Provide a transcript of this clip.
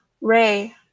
Ray